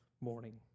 morning